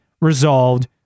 resolved